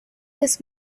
this